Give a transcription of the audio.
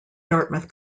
dartmouth